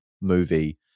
movie